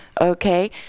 okay